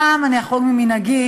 הפעם אני אחרוג ממנהגי,